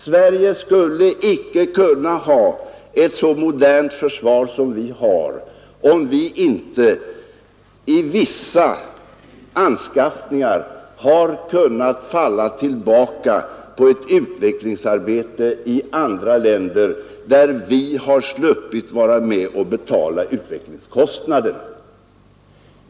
Sverige skulle icke kunna ha ett så modernt försvar som vi har, om vi inte i vissa anskaffningar har kunnat falla tillbaka på ett utvecklingsarbete i andra länder, där vi har sluppit vara med och betala utvecklingskostnaderna.